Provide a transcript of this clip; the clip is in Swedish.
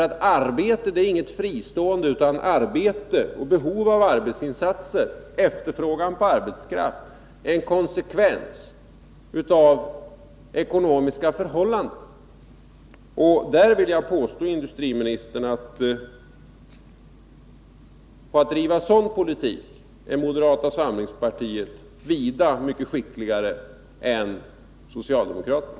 Arbete är inget fristående, utan arbete, behov av arbetsinsatser och efterfrågan på arbetskraft är en konsekvens av ekonomiska ”örhållanden. Där vill jag påstå, industriministern, att när det gäller att driva sådan politik är moderata samlingspartiet vida skickligare än socialdemokraterna.